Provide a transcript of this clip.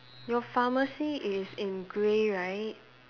your pharmacy is in grey right